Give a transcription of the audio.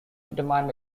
determined